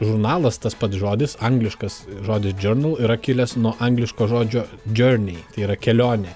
žurnalas tas pats žodis angliškas žodis džiornal yra kilęs nuo angliško žodžio džiornei tai yra kelionė